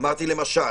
אמרתי למשל.